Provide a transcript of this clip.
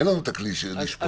אין לנו את הכלי לשפוט את זה.